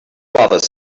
father